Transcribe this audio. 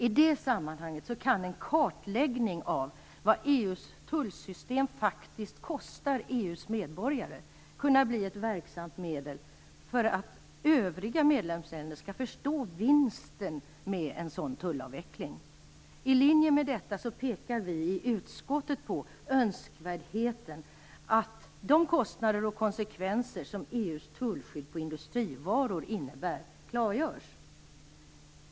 I det sammanhanget kan en kartläggning av vad EU:s tullsystem faktiskt kostar EU:s medborgare kunna bli ett verksamt medel för att övriga medlemsländer skall förstå vinsten med en sådan tullavveckling. I linje med detta pekar vi i utskottet på önskvärdheten av att de kostnader och konsekvenser som EU:s tullskydd på industrivaror innebär klargörs.